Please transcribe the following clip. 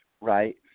Right